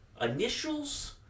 initials